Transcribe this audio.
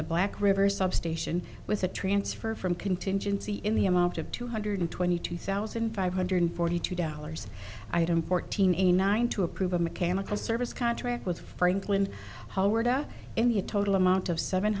the black river substation with a transfer from contingency in the amount of two hundred twenty two thousand five hundred forty two dollars item fourteen a nine to approve a mechanical service contract with franklin in the total amount of seven